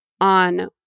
on